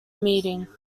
meeting